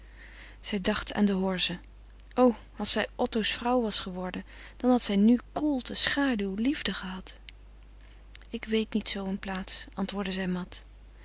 zij dacht aan de horze o als zij otto's vrouw was geworden dan had zij nu koelte schaduw liefde gehad ik weet niet zoo een plaats antwoordde